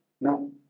No